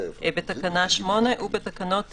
בתקנה 8 ובתקנות ,